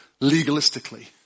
legalistically